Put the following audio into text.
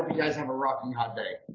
guys have a rockin hot day.